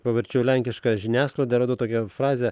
pavarčiau lenkišką žiniasklaidą radau tokią frazę